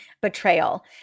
betrayal